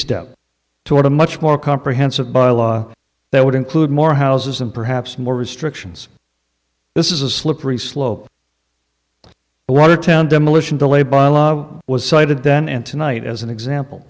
step toward a much more comprehensive bylaw that would include more houses and perhaps more restrictions this is a slippery slope but a town demolition delay by law was cited then and tonight as an example